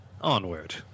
Onward